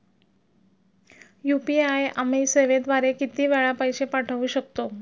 UPI आम्ही सेवेद्वारे किती वेळा पैसे पाठवू शकतो?